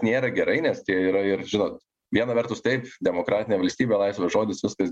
nėra gerai nes tie yra ir žinot viena vertus taip demokratinė valstybė laisvas žodis viskas